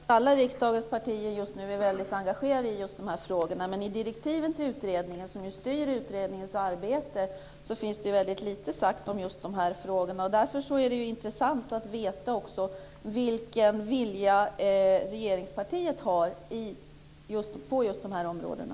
Fru talman! Det är självklart. Jag tror att alla riksdagens partier just nu är väldigt engagerade i de här frågorna. I direktiven till utredningen, som styr utredningens arbete, finns det väldigt lite sagt om de här frågorna. Därför är det intressant att veta vilken vilja regeringspartiet har på just de här områdena.